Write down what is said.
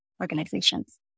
organizations